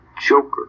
Joker